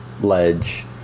ledge